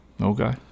Okay